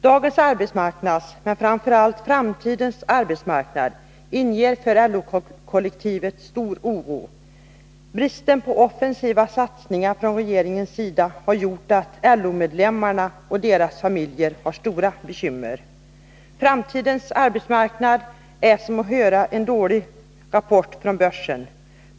Dagens arbetsmarknad, men framför allt framtidens arbetsmarknad, inger för LO-kollektivet stor oro. Bristen på offensiva satsningar från regeringens sida har gjort att LO-medlemmarna och deras familjer har stora bekymmer. Framtidens arbetsmarknad är som att höra en dålig rapport från börsen.